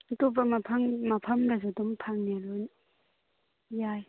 ꯑꯇꯣꯞꯄ ꯃꯐꯝ ꯃꯐꯝꯗꯁꯨ ꯑꯗꯨꯝ ꯐꯪꯉꯦ ꯂꯣꯏꯅ ꯌꯥꯏ